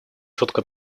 четко